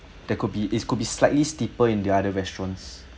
there could be it could be slightly steeper in the other restaurants